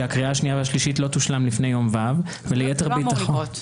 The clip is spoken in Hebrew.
שהקריאה השנייה והשלישית לא תושלם לפני יום ו' -- זה לא אמור לקרות.